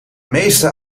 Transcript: meeste